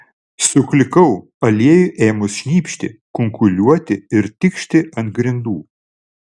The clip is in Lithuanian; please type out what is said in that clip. suklikau aliejui ėmus šnypšti kunkuliuoti ir tikšti ant grindų